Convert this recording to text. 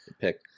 pick